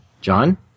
John